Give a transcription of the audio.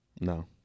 No